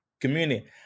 community